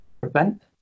prevent